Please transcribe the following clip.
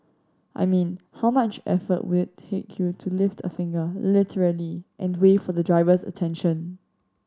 I mean how much effort will take you to lift a finger literally and wave for the driver's attention